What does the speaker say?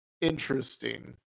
Interesting